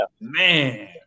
man